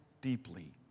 deeply